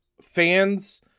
fans